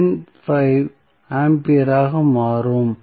5 ஆம்பியராக மாறும்